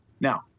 Now